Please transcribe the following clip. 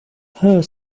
her